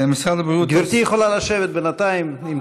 משרד הבריאות, גברתי יכולה לשבת בינתיים.